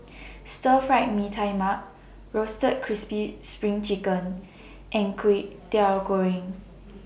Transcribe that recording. Stir Fried Mee Tai Mak Roasted Crispy SPRING Chicken and Kway Teow Goreng